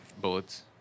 bullets